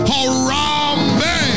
Harambe